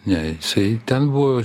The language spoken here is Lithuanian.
ne jisai ten buvo